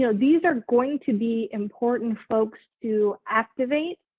so these are going to be important folks to activate.